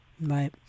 right